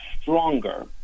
stronger